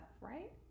right